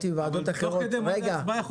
אבל תוך כדי מועד הצבעה,